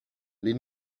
les